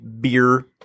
beer